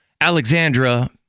Alexandra